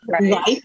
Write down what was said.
life